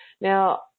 Now